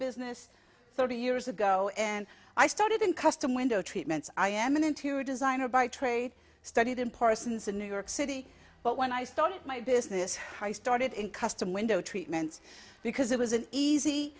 business thirty years ago and i started in custom window treatments i am an interior designer by trade study than parsons in new york city but when i started my business high started in custom window treatments because it was an easy